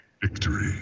Victory